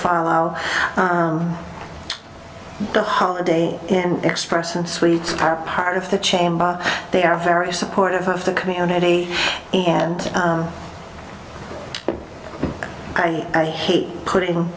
follow the holiday inn express and suites are part of the chamber they are very supportive of the community and i hate putting